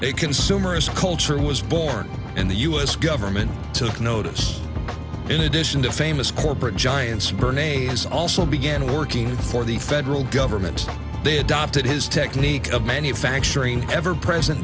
a consumerist culture was born and the us government took notice in addition to famous corporate giants bernie was also began working for the federal government they adopted his technique of manufacturing ever present